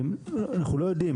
אנחנו לא יודעים.